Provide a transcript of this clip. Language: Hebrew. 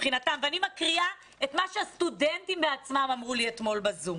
ואני מקריאה את מה שהסטודנטים עצמם אמרו לי אתמול בזום,